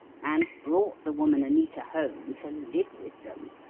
and brought the woman anita home to live with them.